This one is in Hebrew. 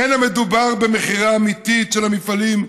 אין מדובר במכירה אמיתית של המפעלים,